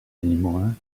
anymore